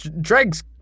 Dreg's